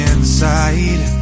Inside